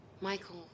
Michael